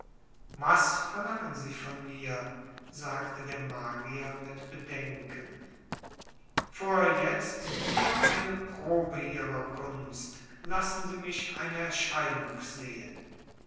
was verlangen sie von mir sagte der magier mit bedenken vor jetzt nur eine probe ihrer kunst lassen sie mich eine erscheinung sehen